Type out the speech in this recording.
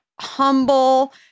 humble